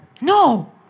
No